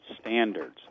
standards